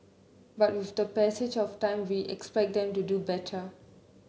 but with the passage of time we expect them to do better